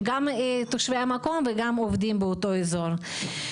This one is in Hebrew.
גם תושבי המקום וגם עובדים באותו אזור,